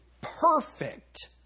perfect